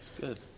Good